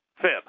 Fib